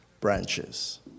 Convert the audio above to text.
branches